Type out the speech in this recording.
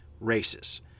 races